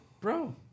bro